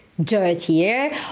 dirtier